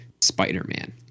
Spider-Man